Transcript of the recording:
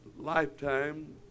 lifetime